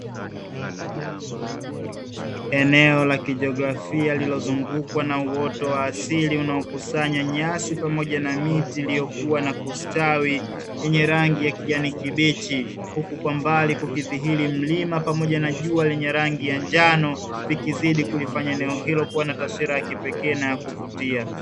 Eneo la kijiografia lililozungukwa na uoto wa asili linalokusanya nyasi pamoja na miti iliyokua na kustawi zenye rangi ya kijani kibichi, huku kwa mbali kukidhihiri mlima pamoja na jua lenye rangi ya njano. Vikizidi kulifanya eneo hilo kuwa na taswira ya kipekee na ya kuvutia.